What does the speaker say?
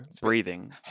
breathing